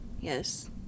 Yes